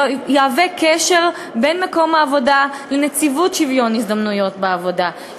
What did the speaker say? שיהווה קשר בין מקום העבודה לנציבות שוויון ההזדמנויות בעבודה,